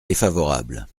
défavorable